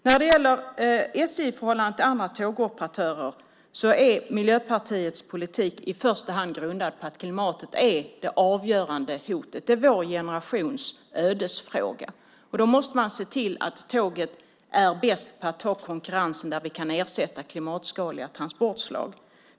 När det gäller SJ i förhållande till andra tågoperatörer är Miljöpartiets politik i första hand grundad på att klimatet är det avgörande hotet. Det är vår generations ödesfråga. Då måste man se till att tåget är bäst på att ta konkurrensen så att vi kan ersätta klimatskadliga transportslag.